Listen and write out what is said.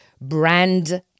brand